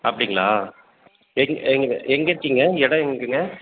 அப்படிங்களா எங் எங்கே எங்கே இருக்கிங்க இடம் எங்கேங்க